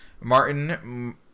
Martin